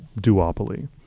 duopoly